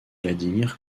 vladimir